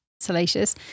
salacious